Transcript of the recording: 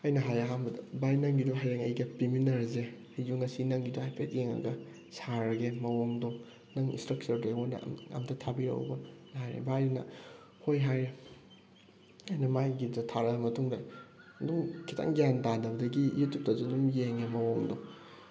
ꯑꯩꯅ ꯍꯥꯏꯔꯦ ꯑꯍꯥꯟꯕꯗ ꯚꯥꯏ ꯅꯪꯒꯤꯗꯣ ꯍꯌꯦꯡ ꯑꯩꯒ ꯄꯤꯃꯤꯟꯅꯔꯁꯦ ꯑꯩꯁꯨ ꯅꯪꯒꯤꯗꯣ ꯍꯥꯏꯐꯦꯠ ꯌꯦꯡꯉꯒ ꯁꯥꯔꯒꯦ ꯃꯋꯣꯡꯗꯣ ꯅꯪ ꯏꯁꯇ꯭ꯔꯛꯆꯔꯗꯣ ꯑꯩꯉꯣꯟꯗ ꯑꯃꯇ ꯊꯥꯕꯤꯔꯛꯎꯕꯅ ꯍꯥꯏꯔꯦ ꯚꯥꯏꯅ ꯍꯣꯏ ꯍꯥꯏꯔꯦ ꯑꯩꯅ ꯃꯥꯒꯤꯗꯣ ꯊꯥꯔꯛꯑꯕ ꯃꯇꯨꯡꯗ ꯑꯗꯨꯝ ꯈꯤꯇꯪ ꯒ꯭ꯌꯥꯟ ꯇꯥꯗꯕꯗꯒꯤ ꯌꯨꯇ꯭ꯌꯨꯞꯇꯁꯨ ꯑꯗꯨꯝ ꯌꯦꯡꯉꯦ ꯃꯑꯣꯡꯗꯣ